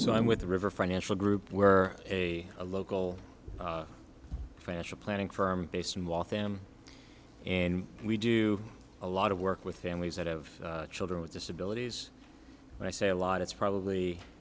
so i'm with the river financial group where a a local financial planning firm based in waltham and we do a lot of work with families that have children with disabilities and i say a lot it's probably